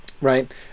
Right